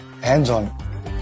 hands-on